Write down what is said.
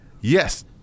Yes